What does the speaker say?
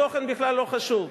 התוכן בכלל לא חשוב.